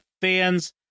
fans